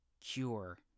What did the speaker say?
cure